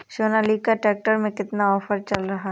Sonalika tractor में कितना offer चल रहा है?